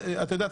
אתה יודע,